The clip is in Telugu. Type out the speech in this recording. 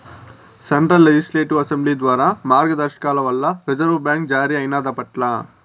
సెంట్రల్ లెజిస్లేటివ్ అసెంబ్లీ ద్వారా మార్గదర్శకాల వల్ల రిజర్వు బ్యాంక్ జారీ అయినాదప్పట్ల